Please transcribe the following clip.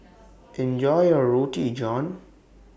Enjoy your Roti John